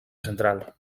central